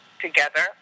together